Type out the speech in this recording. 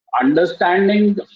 understanding